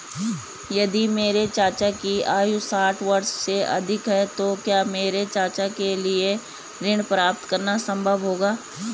यदि मेरे चाचा की आयु साठ वर्ष से अधिक है तो क्या मेरे चाचा के लिए ऋण प्राप्त करना संभव होगा?